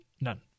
None